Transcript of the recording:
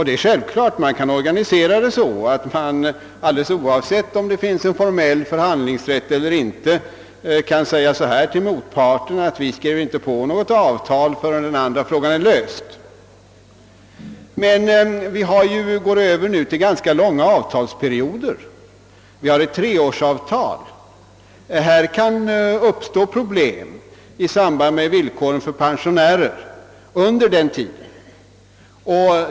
Det är självklart att man — alldeles oavsett om det finns en formell förhandlingsrätt eller inte — kan säga till motparten, att man inte skriver på något avtal förrän den andra frågan är löst. Men vi har nu övergått till ganska långa avtalsperioder; vi har denna gång fått treårsavtal. Under en = avtalsperiod kan det därför lätt uppstå problem beträffande pensionärernas villkor.